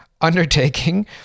undertaking